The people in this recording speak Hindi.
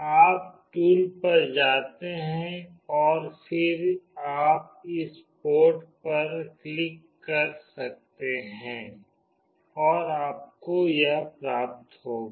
आप टूल पर जाते हैं और फिर आप इस पोर्ट पर क्लिक कर सकते हैं और आपको यह प्राप्त होगा